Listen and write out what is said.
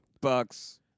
Bucks